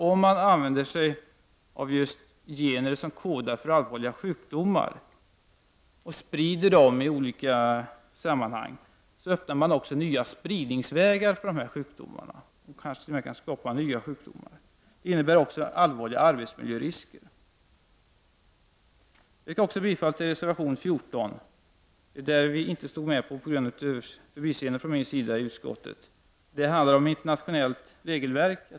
Om man använder sig av just gener som kodar för allvarliga sjukdomar och sprider dessa gener i olika sammanhang, öppnar man också nya spridningsvägar för sjukdomar. Nya sjukdomar kan t.o.m. skapas. Det här innebär också allvarliga arbetsmiljörisker. Sedan yrkar jag bifall till reservation 14 om ett internationellt regelverk för bioteknik. Tyvärr finns miljöpartiet inte representerat bland reservanterna här — detta på grund av ett förbiseende från min sida i utskottet.